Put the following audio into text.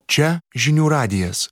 čia žinių radijas